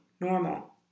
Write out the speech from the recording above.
normal